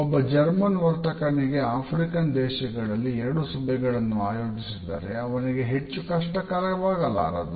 ಒಬ್ಬ ಜರ್ಮನ್ ವರ್ತಕನಿಗೆ ಆಫ್ರಿಕನ್ ದೇಶಗಳಲ್ಲಿ ಎರಡು ಸಭೆಗಳನ್ನು ಆಯೋಜಿಸಿದರೆ ಅವನಿಗೆ ಹೆಚ್ಚು ಕಷ್ಟವಾಗಲಾರದು